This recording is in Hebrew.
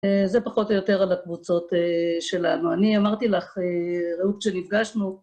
זה פחות או יותר על הקבוצות שלנו. אני אמרתי לך, רעות כשנפגשנו...